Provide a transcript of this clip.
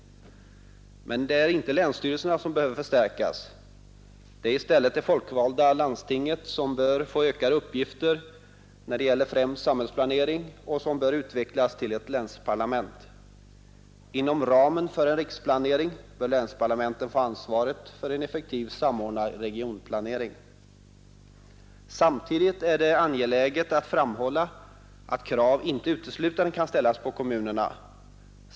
Men det är inte länsstyrelserna som behöver förstärkas. Det är i stället det folkvalda landstinget som bör få ökade uppgifter när det gäller främst samhällsplanering och som bör utvecklas till ett länsparlament. Inom ramen för en riksplanering bör länsparlamenten få ansvaret för en effektivt samordnad regionplanering. Samtidigt är det angeläget att framhålla att krav inte uteslutande kan ställas på kommunerna.